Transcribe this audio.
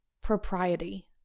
Propriety